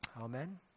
Amen